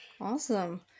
Awesome